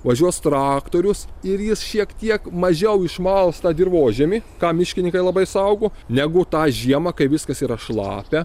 važiuos traktorius ir jis šiek tiek mažiau išmals tą dirvožemį ką miškininkai labai saugo negu tą žiemą kai viskas yra šlapia